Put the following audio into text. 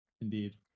Indeed